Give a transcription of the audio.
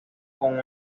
con